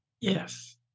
Yes